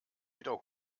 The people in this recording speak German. wieder